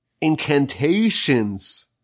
incantations